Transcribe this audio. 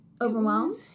overwhelmed